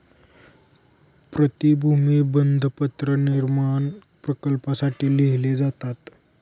प्रतिभूती बंधपत्र निर्माण प्रकल्पांसाठी लिहिले जातात